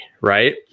Right